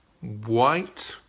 white